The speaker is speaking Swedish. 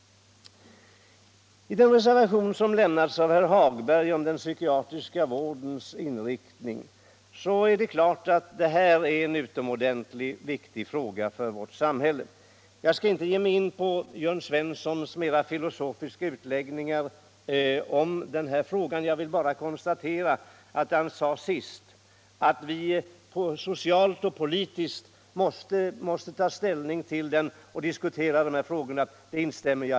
Reservationen 5 som lämnats av herr Hagberg i Borlänge rör den psykiatriska vårdens inriktning. Det är givetvis en utomordentligt viktig fråga för vårt samhälle. Jag skall inte ge mig in på Jörn Svenssons mer filosofiska utläggningar om de här problemen. Jag vill bara helt instämma i det han framhöll i slutet av sitt anförande, att vi socialt och politiskt måste ta ställning till och diskutera de här frågorna.